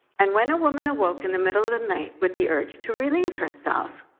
and when a woman awoke in the middle of the night with the urge to relieve herself,